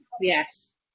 yes